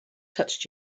touched